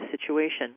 situation